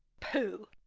pooh!